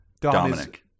Dominic